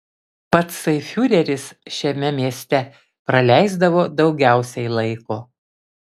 patsai fiureris šiame mieste praleisdavo daugiausiai laiko